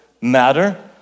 matter